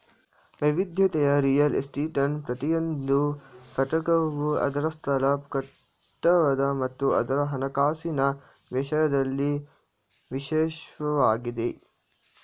ವೈವಿಧ್ಯತೆಯ ರಿಯಲ್ ಎಸ್ಟೇಟ್ನ ಪ್ರತಿಯೊಂದು ಘಟಕವು ಅದ್ರ ಸ್ಥಳ ಕಟ್ಟಡ ಮತ್ತು ಅದ್ರ ಹಣಕಾಸಿನ ವಿಷಯದಲ್ಲಿ ವಿಶಿಷ್ಟವಾಗಿದಿ